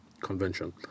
convention